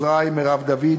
לצוות עוזרי: מרב דוד,